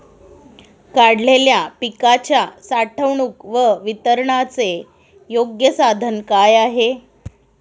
काढलेल्या पिकाच्या साठवणूक व वितरणाचे योग्य साधन काय?